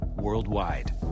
worldwide